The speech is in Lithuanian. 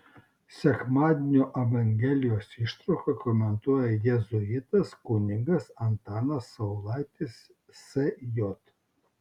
sekmadienio evangelijos ištrauką komentuoja jėzuitas kunigas antanas saulaitis sj